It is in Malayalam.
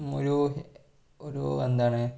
ഒരു ഒരു എന്താണ്